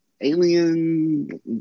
alien